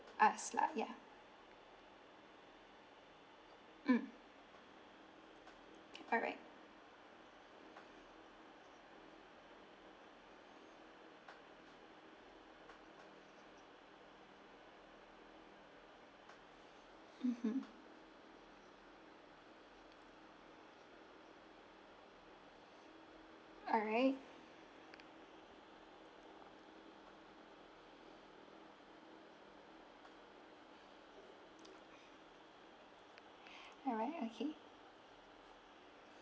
ask lah ya mm alright mmhmm alright alright okay